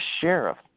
sheriff